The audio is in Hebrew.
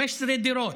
15 דירות.